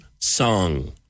song